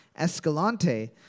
Escalante